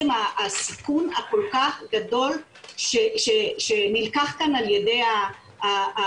הסיכון הכול כך גדול שנלקח כאן על ידי המשתמשים.